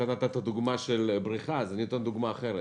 אתה נתת דוגמה של בריכה, אז אני אתן דוגמה אחרת: